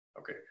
Okay